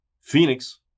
Phoenix